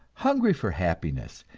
hungry for happiness,